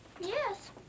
Yes